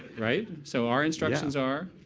right? so our instructions are